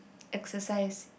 exercise